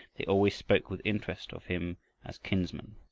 they always spoke with interest of him as kinsman.